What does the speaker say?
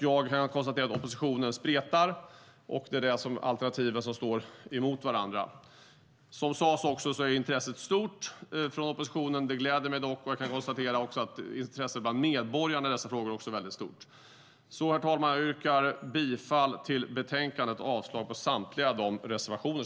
Jag kan konstatera att oppositionens förslag spretar. Det är dessa alternativ som står mot varandra. Som sades är intresset stort från oppositionen för dessa frågor, vilket gläder mig. Jag kan också konstatera att intresset bland medborgarna är stort för dessa frågor. Herr talman! Jag yrkar bifall till förslaget i betänkandet och avslag på samtliga reservationer.